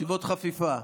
ישיבות חפיפה.